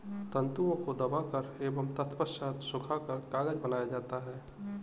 तन्तुओं को दबाकर एवं तत्पश्चात सुखाकर कागज बनाया जाता है